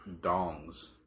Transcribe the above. Dongs